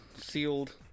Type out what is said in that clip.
sealed